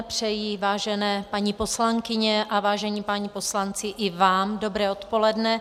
Přeji, vážené paní poslankyně a vážení páni poslanci, i vám dobré odpoledne.